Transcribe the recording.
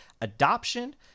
adoption